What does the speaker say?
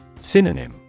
Synonym